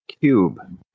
cube